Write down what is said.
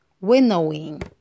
winnowing